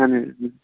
اَہَن حظ